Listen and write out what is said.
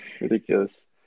Ridiculous